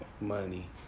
money